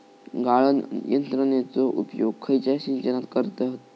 गाळण यंत्रनेचो उपयोग खयच्या सिंचनात करतत?